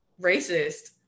racist